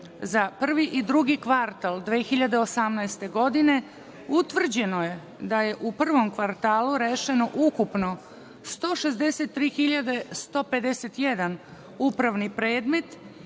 za prvi i drugi kvartal 2018. godine, utvrđeno je da je u prvom kvartalu rešeno ukupno 163.151 upravni predmet